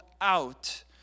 out